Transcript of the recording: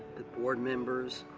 the board members,